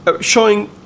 showing